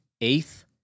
eighth